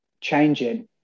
changing